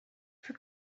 for